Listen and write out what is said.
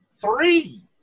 Three